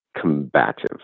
combative